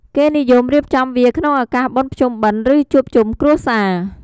គេនិយមរៀបចំវាក្នុងឱកាសបុណ្យភ្ជុំបិណ្ឌ ឬជួបជុំគ្រួសារ។